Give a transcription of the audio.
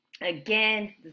again